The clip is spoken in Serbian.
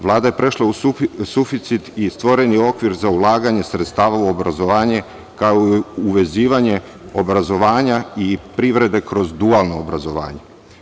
Vlada je prešla u suficit i stvoren je okvir za ulaganje sredstava u obrazovanje, kao i u vezivanje obrazovanja i privrede kroz dualno obrazovanje.